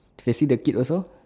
facing the kid also